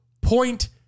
point